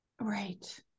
Right